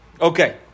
Okay